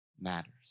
matters